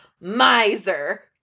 miser